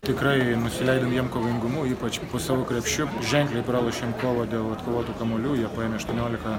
tikrai nusileidom jiem kovingumu ypač po savo krepšiu ženkliai pralošėm kovą dėl atkovotų kamuolių jie paėmė aštuoniolika